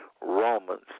Romans